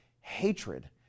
hatred